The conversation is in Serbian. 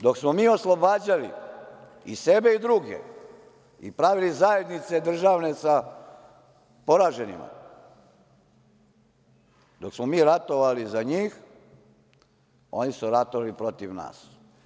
Dok smo mi oslobađali i sebe i druge i pravili državne zajednice sa poraženima, dok smo mi ratovali za njih, oni su ratovali protiv nas.